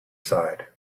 side